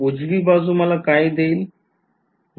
उजवी बाजू मला काय देईल